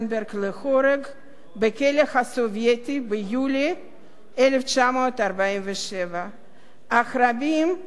בכלא הסובייטי ביולי 1947. אך רבים גם היום מטילים